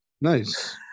Nice